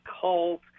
cult